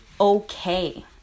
okay